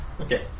Okay